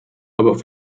aber